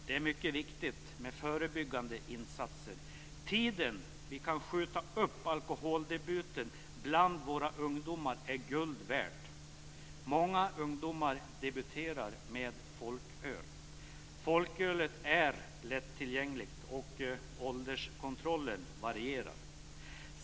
Det är mycket viktigt med förebyggande insatser. Den tid med vilken vi kan skjuta upp alkoholdebuten bland våra ungdomar är guld värd. Många ungdomar debuterar med folköl. Folkölet är lättillgängligt, och ålderskontrollen varierar.